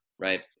right